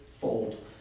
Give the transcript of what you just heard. fold